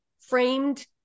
framed